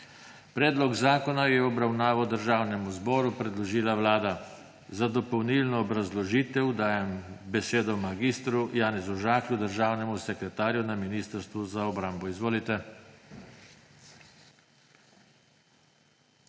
Predlog zakona je v obravnavo Državnemu zboru predložila Vlada. Za dopolnilno obrazložitev dajem besedo mag. Janezu Žaklju, državnemu sekretarju Ministrstva za obrambo. Izvolite.